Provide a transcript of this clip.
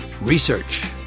Research